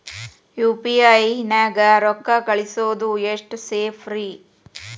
UPI ನ್ಯಾಗ ರೊಕ್ಕ ಕಳಿಸೋದು ಎಷ್ಟ ಸೇಫ್ ರೇ?